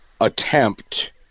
attempt